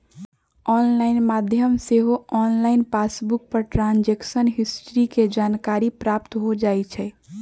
online माध्यम से सेहो ऑनलाइन पासबुक पर ट्रांजैक्शन हिस्ट्री के जानकारी प्राप्त हो जाइ छइ